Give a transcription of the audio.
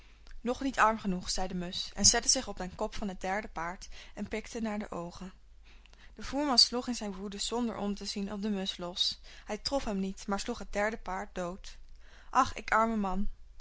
nog niet arm genoeg zei de musch en zette zich op den kop van het derde paard en pikte naar de oogen de voerman sloeg in zijn woede zonder om te zien op de musch los hij trof hem niet maar sloeg het derde paard dood ach ik arme man